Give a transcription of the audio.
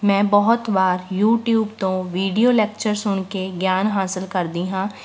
ਮੈਂ ਬਹੁਤ ਵਾਰ ਯੂਟਿਊਬ ਤੋਂ ਵੀਡਿਓ ਲੈਕਚਰ ਸੁਣ ਕੇ ਗਿਆਨ ਹਾਸਲ ਕਰਦੀ ਹਾਂ